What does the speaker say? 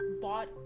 bought